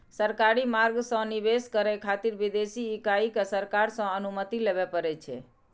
सरकारी मार्ग सं निवेश करै खातिर विदेशी इकाई कें सरकार सं अनुमति लेबय पड़ै छै